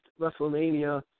WrestleMania